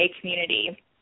community